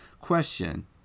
question